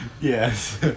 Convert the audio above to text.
Yes